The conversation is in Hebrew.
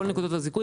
כל נקודות הזיכוי,